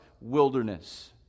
wilderness